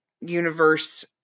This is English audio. universe